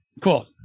cool